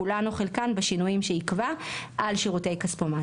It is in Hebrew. כולן או חלקן בשינויים שיקבע על שירותי כספומט.